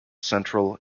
central